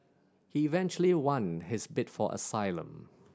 he eventually won his bid for asylum